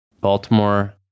Baltimore